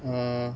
oh